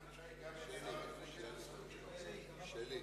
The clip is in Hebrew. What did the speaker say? בבקשה, אדוני.